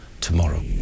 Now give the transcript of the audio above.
tomorrow